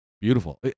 beautiful